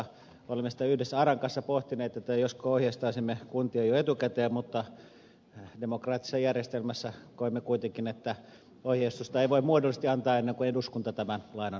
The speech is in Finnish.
me olemme yhdessä aran kanssa pohtineet josko ohjeistaisimme kuntia jo etukäteen mutta demokraattisessa järjestelmässä koemme kuitenkin että ohjeistusta ei voi muodollisesti antaa ennen kuin eduskunta tämän lain on hyväksynyt